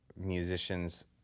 musicians